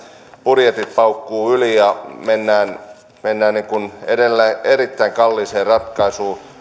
budjetit paukkuvat yli ja mennään mennään niin kuin erittäin kalliiseen ratkaisuun